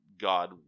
god